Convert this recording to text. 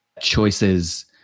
Choices